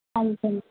ਹਾਂਜੀ